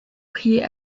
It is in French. priait